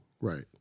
Right